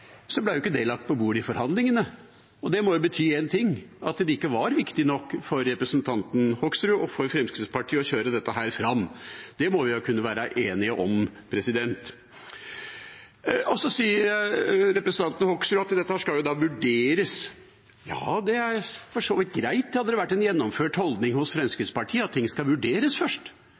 ikke det lagt på bordet i forhandlingene. Det må bety én ting: at det ikke var viktig nok for representanten Hoksrud og for Fremskrittspartiet å kjøre dette fram. Det må vi kunne være enige om. Representanten Hoksrud sier dette skal vurderes. Ja, det er for så vidt greit, hadde det vært en gjennomført holdning hos Fremskrittspartiet, at ting skal vurderes først.